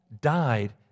died